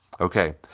Okay